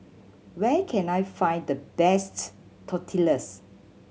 where can I find the best Tortillas